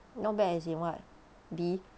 not bad as in what B